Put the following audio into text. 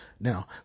Now